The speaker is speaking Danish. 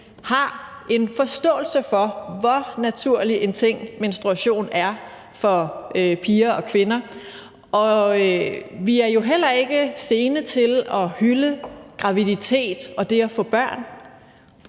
har en forståelse for, hvor naturlig en ting menstruation er for piger og kvinder. Vi er jo heller ikke sene til at hylde graviditet og det at få børn.